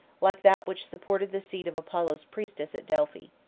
like that which supported the seat of apollo's priestess at delphi.